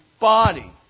body